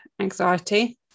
anxiety